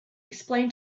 explain